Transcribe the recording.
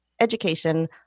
education